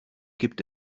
gibt